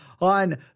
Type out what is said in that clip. on